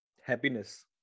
Happiness